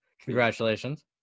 Congratulations